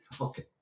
Okay